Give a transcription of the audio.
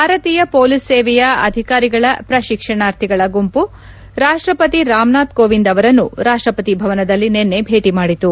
ಭಾರತೀಯ ಪೊಲೀಸ್ ಸೇವೆಯ ಅಧಿಕಾರಿಗಳ ಪ್ರಶಿಕ್ಷಣಾರ್ಥಿಗಳ ಗುಂಪು ರಾಷ್ಷಪತಿ ರಾಮ್ನಾಥ್ ಕೋವಿಂದ್ ಅವರನ್ನು ರಾಷ್ಷಪತಿ ಭವನದಲ್ಲಿ ನಿನೈ ಭೇಟಿ ಮಾಡಿತು